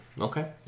Okay